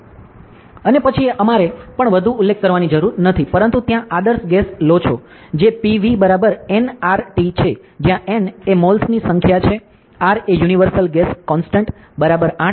અને પછી અમારે પણ વધુ ઉલ્લેખ કરવાની જરૂર નથી પરંતુ ત્યાં આદર્શ ગેસ લો છે જે PVnRT છે જ્યાં N એ મોલ્સની સંખ્યા છે R એ યુનિવર્સલ ગેસ કોંસ્ટંટ 8